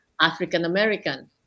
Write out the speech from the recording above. African-American